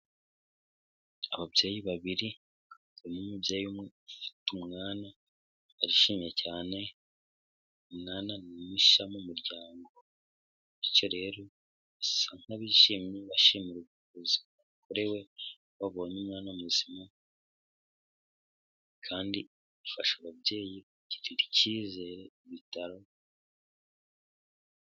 Ababyeyi babiri, harimo umubyeyi umwe ufite umwana, arishimye cyane, umwana ni mushya mu muryango, bityo rero bisa nk'abishimye bashimira ubuvuzi bakorewe ko babonye umwana muzima, kandi bifasha ababyeyi kugirira icyizere ibitaro,...